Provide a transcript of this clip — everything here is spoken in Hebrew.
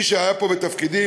מי שהיה בתפקידים,